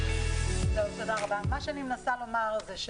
יש